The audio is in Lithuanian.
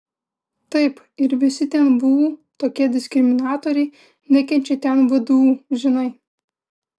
taip ir visi ten vu tokie diskriminatoriai nekenčia ten vdu žinai